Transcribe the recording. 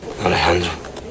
Alejandro